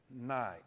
night